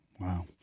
Wow